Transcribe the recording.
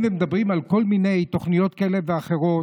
ומדברים על כל מיני תוכניות כאלה ואחרות,